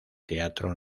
teatro